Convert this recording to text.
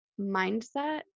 mindset